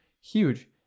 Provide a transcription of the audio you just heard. huge